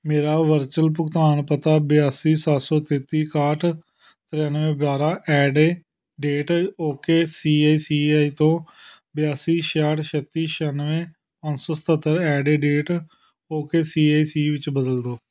ਮੇਰਾ ਵਰਚੁਅਲ ਭੁਗਤਾਨ ਪਤਾ ਬਿਆਸੀ ਸੱਤ ਸੌ ਤੇਤੀ ਇਕਾਹਠ ਤਰਾਨਵੇਂ ਬਾਰਾਂ at the rate ok C I C I ਤੋਂ ਬਿਆਸੀ ਛਿਆਹਠ ਛੱਤੀ ਛਿਆਨਵੇਂ ਪੰਜ ਸੌ ਸਤੱਤਰ at the rate ok C I C I ਵਿੱਚ ਬਦਲ ਦਿਓ